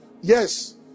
Yes